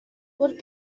would